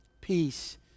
Peace